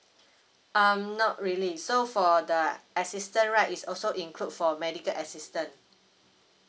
um not really so for the uh assistance right is also include for medical assistance